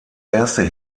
erste